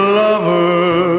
lover